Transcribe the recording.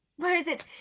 where is it?